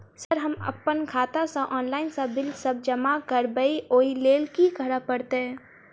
Sir हम अप्पन खाता सऽ ऑनलाइन सऽ बिल सब जमा करबैई ओई लैल की करऽ परतै?